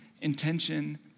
intention